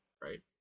right